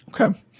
okay